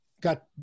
got